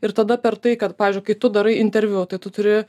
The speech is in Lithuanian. ir tada per tai kad pavyzdžiui kai tu darai interviu tai tu turi